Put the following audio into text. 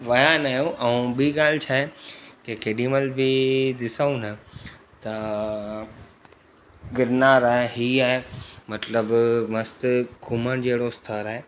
वया न आहियूं ऐं ॿी ॻाल्हि छा आहे के केॾीमल्हि बि ॾिसूं न त गिरनारा ई आहे मतिलबु मस्तु घुमण जहिड़ो स्थर आहे